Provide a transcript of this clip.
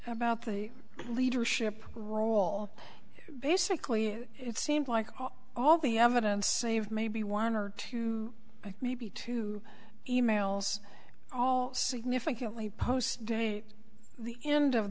about the leadership role basically it seemed like all the evidence save maybe one or two maybe two e mails all significantly post date the end of